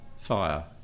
fire